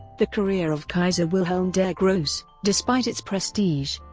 the career of kaiser wilhelm der grosse, despite its prestige,